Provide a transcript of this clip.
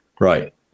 right